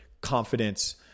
confidence